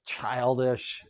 childish